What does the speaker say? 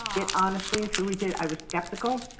it honestly and truly did. i was skeptical.